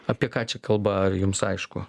apie ką čia kalba ar jums aišku